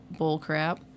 bullcrap